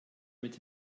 mit